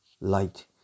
light